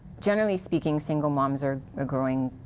generally speaking, single moms are are growing